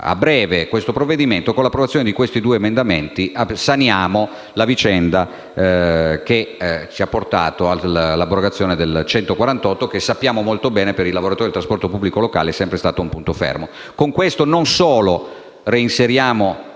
a breve tale provvedimento, con l'approvazione di questi due emendamenti saneremo la vicenda che ci ha portato all'abrogazione del regio decreto n. 148 che, come sappiamo molto bene, per i lavoratori del trasporto pubblico locale è sempre stato un punto fermo.